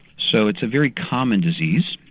so it's a very common disease,